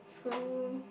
school